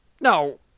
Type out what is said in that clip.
No